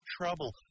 trouble